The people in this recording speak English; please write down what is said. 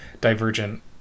divergent